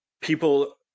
people